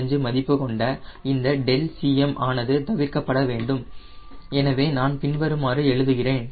55 மதிப்புக் கொண்ட இந்த ∆Cm ஆனது தவிர்க்கப்பட வேண்டும் எனவே நான் பின்வருமாறு எழுதுகிறேன்